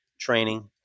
training